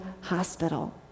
hospital